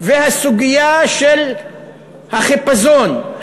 והסוגיה של החיפזון,